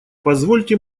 позвольте